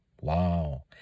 wow